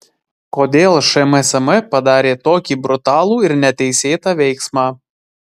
kodėl šmsm padarė tokį brutalų ir neteisėtą veiksmą